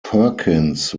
perkins